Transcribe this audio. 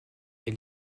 est